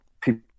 people